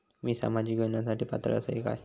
मी सामाजिक योजनांसाठी पात्र असय काय?